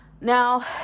Now